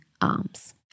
arms